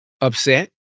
Upset